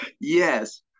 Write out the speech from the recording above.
Yes